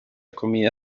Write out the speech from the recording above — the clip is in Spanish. comida